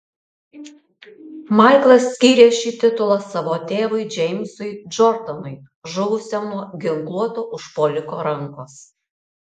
maiklas skyrė šį titulą savo tėvui džeimsui džordanui žuvusiam nuo ginkluoto užpuoliko rankos